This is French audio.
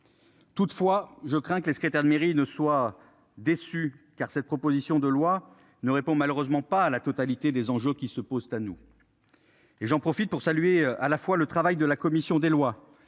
Toutefois, je crains que les secrétaires de mairie ne soient déçus car cette proposition de loi ne répond malheureusement pas la totalité des enjeux qui se posent à nous. Et j'en profite pour saluer à la fois le travail de la commission des lois